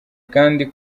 kandi